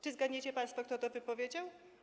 Czy zgadniecie państwo, kto to wypowiedział?